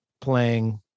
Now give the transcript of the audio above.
playing